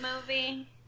movie